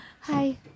Hi